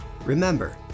Remember